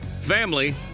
Family